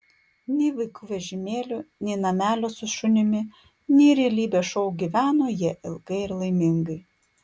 nei vaikų vežimėlių nei namelio su šunimi nei realybės šou gyveno jie ilgai ir laimingai